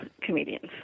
comedians